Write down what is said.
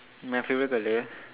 my favourite colour